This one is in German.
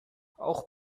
auch